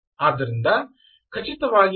ಆದ್ದರಿಂದ ಖಚಿತವಾಗಿ ಇದು QoS 0 ಸಂದೇಶವಾಗಿದೆ